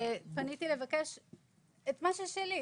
פניתי לבקש את מה ששלי,